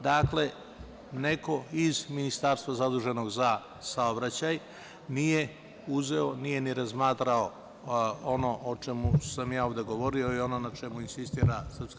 Dakle, neko iz ministarstva zaduženog za saobraćaj nije uzeo, nije ni razmatrao ono o čemu sam ja ovde govorio i ono na čemu insistira SRS.